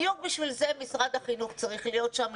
בדיוק בשביל זה משרד החינוך צריך להיות שם,